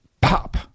pop